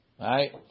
right